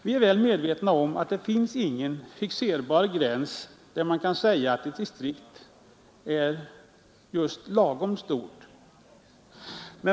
Vi är väl medvetna om att det inte finns någon fixerbar gräns där man kan säga att ett distrikt är lagom stort.